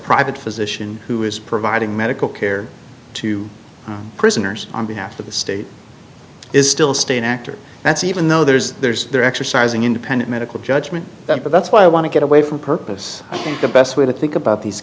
private physician who is providing medical care to prisoners on behalf of the state is still state actor that's even though there's there's they're exercising independent medical judgment that that's why i want to get away from purpose i think the best way to think about these